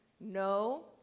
No